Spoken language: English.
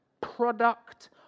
product